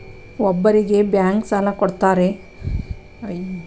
ಒಬ್ಬರಿಗೆ ಎಷ್ಟು ಬ್ಯಾಂಕ್ ಸಾಲ ಕೊಡ್ತಾರೆ?